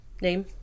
name